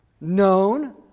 known